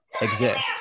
exist